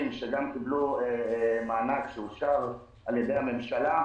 שגם קיבלו מענק שאושר על-ידי הממשלה,